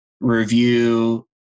review